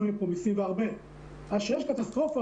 אז כשיש קטסטרופה,